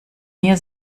mir